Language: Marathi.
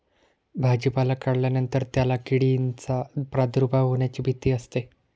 भाजीपाला काढल्यानंतर त्याला किडींचा प्रादुर्भाव होण्याची भीती असते